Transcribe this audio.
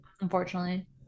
Unfortunately